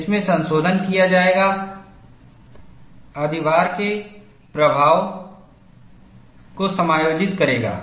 इसमें संशोधन किया जाएगा जो अधिभार के प्रभाव को समायोजित करेगा